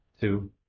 two